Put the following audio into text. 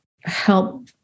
help